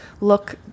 look